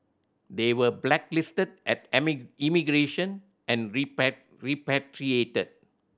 they were blacklisted at immigration and repatriated